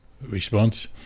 response